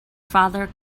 father